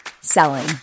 selling